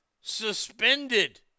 suspended